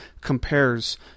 compares